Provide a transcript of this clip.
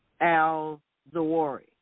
al-Zawari